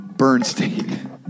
Bernstein